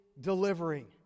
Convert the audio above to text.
delivering